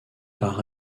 par